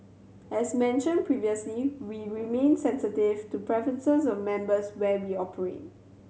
as mentioned previously we remain sensitive to preferences of members where we operate